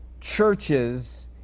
churches